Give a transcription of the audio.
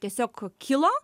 tiesiog kilo